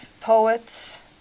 Poets